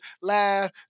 laugh